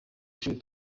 ishuri